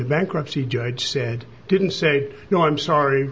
the bankruptcy judge said i didn't say no i'm sorry